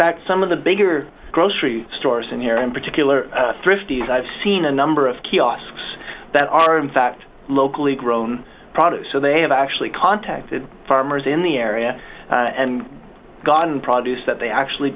fact some of the bigger grocery stores and here in particular thrifty i've seen a number of kiosks that are in fact locally grown produce so they have actually contacted farmers in the area and gotten products that they actually